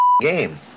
game